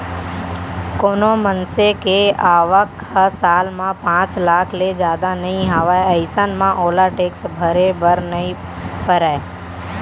कोनो मनसे के आवक ह साल म पांच लाख ले जादा नइ हावय अइसन म ओला टेक्स भरे बर नइ परय